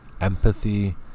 empathy